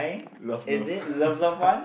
love love